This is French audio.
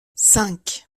cinq